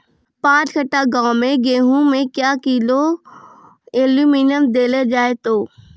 पाँच कट्ठा गांव मे गेहूँ मे क्या किलो एल्मुनियम देले जाय तो?